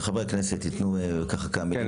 חבר הכנסת חוג'ירת, בבקשה.